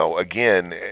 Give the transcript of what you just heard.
again